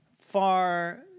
far